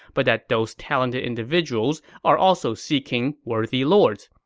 but that those talented individuals are also seeking worthy lords.